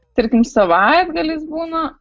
tarkim savaitgalis būna